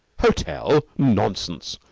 hotel? nonsense.